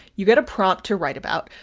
you get a prompt to write about.